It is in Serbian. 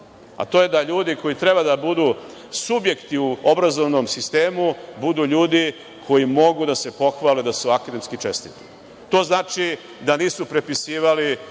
To je da ljudi treba da budu subjekti u obrazovanom sistemu, budu ljudi koji mogu da se pohvale da su akademski čestiti. Znači, da nisu prepisivali